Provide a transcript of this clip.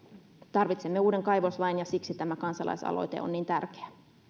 tarvitsemme uuden kaivoslain ja siksi tämä kansalaisaloite on niin tärkeä